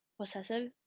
possessive